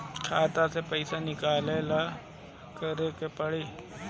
खाता से पैसा निकाले ला का करे के पड़ी?